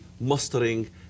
mustering